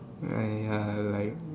!aiya! like